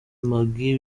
maggie